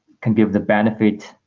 can give the benefit